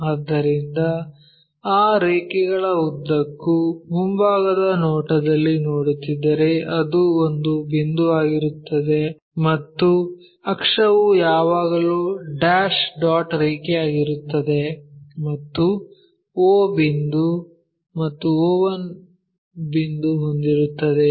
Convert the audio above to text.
ಆದ್ದರಿಂದ ಆ ರೇಖೆಗಳ ಉದ್ದಕ್ಕೂ ಮುಂಭಾಗದ ನೋಟದಲ್ಲಿ ನೋಡುತ್ತಿದ್ದರೆ ಅದು ಒಂದು ಬಿಂದುವಾಗಿರುತ್ತದೆ ಮತ್ತು ಅಕ್ಷವು ಯಾವಾಗಲೂ ಡ್ಯಾಶ್ ಡಾಟ್ ರೇಖೆಯಾಗಿರುತ್ತದೆ ಮತ್ತು o ಬಿಂದು ಮತ್ತು o1 ಬಿಂದು ಹೊಂದಿರುತ್ತದೆ